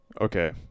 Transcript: Okay